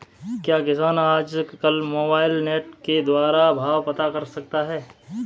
क्या किसान आज कल मोबाइल नेट के द्वारा भाव पता कर सकते हैं?